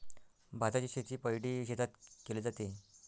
भाताची शेती पैडी शेतात केले जाते